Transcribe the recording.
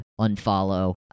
unfollow